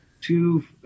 Two